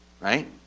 right